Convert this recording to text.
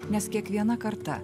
nes kiekviena karta